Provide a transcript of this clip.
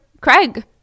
Craig